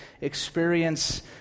experience